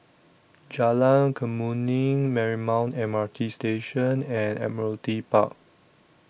Jalan Kemuning Marymount M R T Station and Admiralty Park